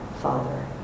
Father